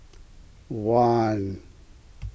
one